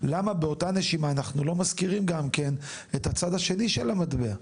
למה באותה נשימה אנחנו לא מזכירים גם כן את הצד השני של המטבע?